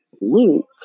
Luke